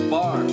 Bar